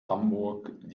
hamburg